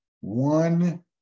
One